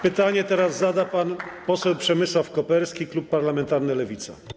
Pytanie teraz zada pan poseł Przemysław Koperski, klub parlamentarny Lewica.